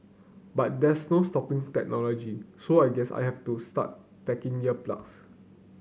but there's no stopping technology so I guess I have to start packing ear plugs